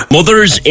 Mothers